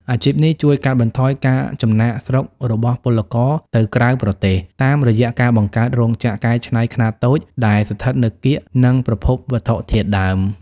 អាជីពនេះជួយកាត់បន្ថយការចំណាកស្រុករបស់ពលករទៅក្រៅប្រទេស តាមរយៈការបង្កើតរោងចក្រកែច្នៃខ្នាតតូចដែលស្ថិតនៅកៀកនឹងប្រភពវត្ថុធាតុដើម។